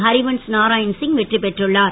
ஹரிவன்ஸ் நாராயண் சிங் வெற்றி பெற்றுள்ளார்